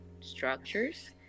structures